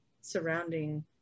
surrounding